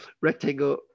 rectangle